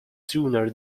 sooner